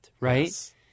right